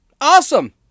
Awesome